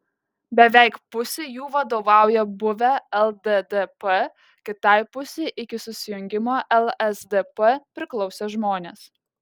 beveik pusei jų vadovauja buvę lddp kitai pusei iki susijungimo lsdp priklausę žmonės